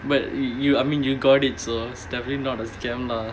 but you you I mean you got it so it's definitely not a scam lah